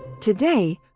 Today